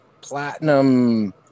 platinum